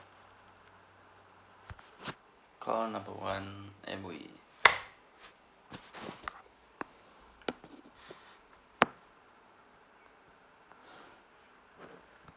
call number one M_O_E